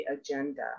agenda